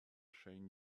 shane